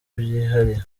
byihariye